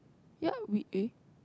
ya we eh